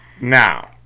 Now